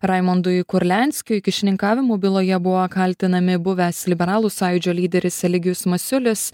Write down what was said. raimondui kurlianskiui kyšininkavimo byloje buvo kaltinami buvęs liberalų sąjūdžio lyderis eligijus masiulis